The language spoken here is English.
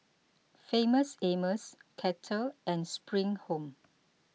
Famous Amos Kettle and Spring Home